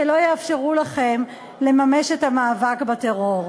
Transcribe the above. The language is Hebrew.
שלא יאפשרו לכם לממש את המאבק בטרור.